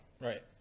Right